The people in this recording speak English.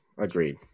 Agreed